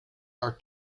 are